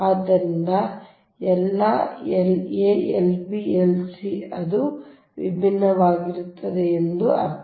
ಆದ್ದರಿಂದ ಅಂದರೆ ಎಲ್ಲಾ La Lb Lc ಅವರು ವಿಭಿನ್ನವಾಗಿರುತ್ತಾರೆ ಎಂದರ್ಥ